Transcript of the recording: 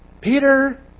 Peter